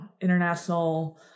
international